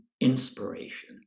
inspiration